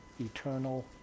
eternal